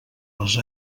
les